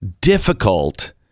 difficult